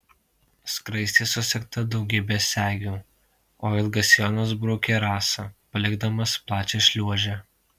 skraistė susegta daugybe segių o ilgas sijonas braukė rasą palikdamas plačią šliuožę